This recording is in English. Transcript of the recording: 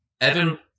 Evan